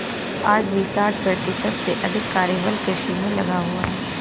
आज भी साठ प्रतिशत से अधिक कार्यबल कृषि में लगा हुआ है